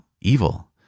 evil